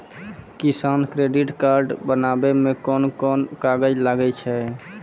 किसान credit card बनाबै मे कोन कोन कागज लागै छै?